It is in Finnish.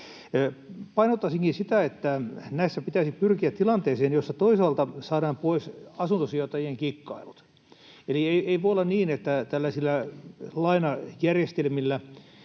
Painottaisinkin sitä, että näissä pitäisi pyrkiä tilanteeseen, jossa toisaalta saadaan pois asuntosijoittajien kikkailut, eli ei voi olla niin, että tällaisilla lainajärjestelmillä,